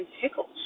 pickles